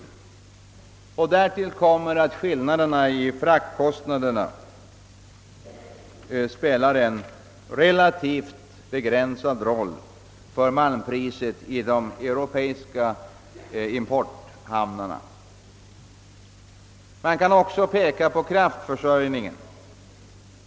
Därtill kommer att skillnaderna i fraktkostnaderna spelar en relativt begränsad roll för malmpriset i de europeiska importhamnarna. Man kan också peka på kraftförsörjningen.